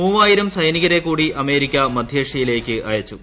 മൂവായിരം സൈനികള്ളി കൂടി അമേരിക്ക മധ്യേഷ്യയിലേക്ക് അയച്ചു